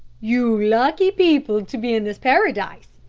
you lucky people to be in this paradise!